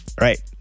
Right